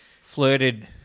Flirted